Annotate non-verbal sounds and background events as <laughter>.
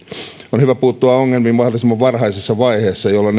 on hyvä puuttua ongelmiin mahdollisimman varhaisessa vaiheessa jolloin <unintelligible>